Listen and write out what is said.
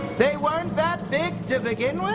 they weren't that big to begin with?